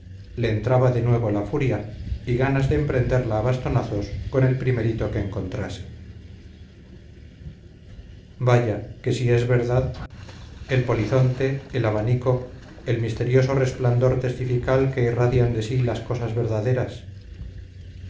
le entraba de nuevo la furia y ganas de emprenderla a bastonazos con el primerito que encontrase vaya que si es verdad el polizonte el abanico el misterioso resplandor testifical que irradian de sí las cosas verdaderas